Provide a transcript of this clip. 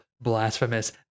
Blasphemous